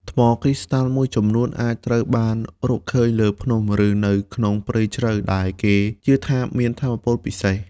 ថ្មគ្រីស្តាល់មួយចំនួនអាចត្រូវបានរកឃើញលើភ្នំ ឬនៅក្នុងព្រៃជ្រៅ ដែលគេជឿថាមានថាមពលពិសេស។